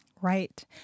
Right